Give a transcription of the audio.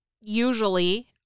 usually